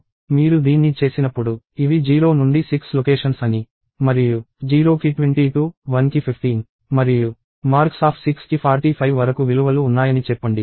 మీరు దీన్ని చేసినప్పుడు ఇవి 0 నుండి 6 లొకేషన్స్ అని మరియు 0కి 22 1కి 15 మరియు marks6 కి 45 వరకు విలువలు ఉన్నాయని చెప్పండి